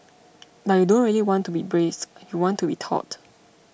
but you don't really want to be braced you want to be taut